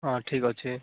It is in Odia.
ହଁ ଠିକ୍ ଅଛି